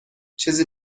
چیزی